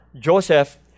Joseph